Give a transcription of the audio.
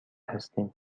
هستیم